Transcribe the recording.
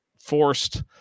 forced